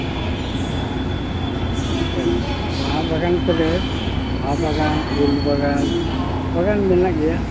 ᱵᱟᱦᱟ ᱵᱟᱜᱟᱱ ᱠᱚᱨᱮ ᱵᱟᱦᱟ ᱵᱟᱜᱟᱱ ᱩᱞ ᱵᱟᱜᱟᱱ ᱵᱟᱜᱟᱱ ᱢᱮᱱᱟᱜ ᱜᱮᱭᱟ